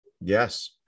Yes